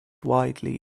widely